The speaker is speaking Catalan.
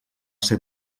ser